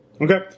Okay